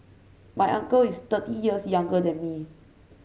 my uncle is thirty years younger than me